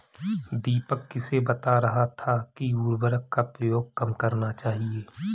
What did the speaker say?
दीपक किसे बता रहा था कि उर्वरक का प्रयोग कम करना चाहिए?